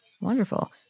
Wonderful